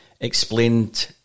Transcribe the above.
explained